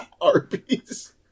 Arby's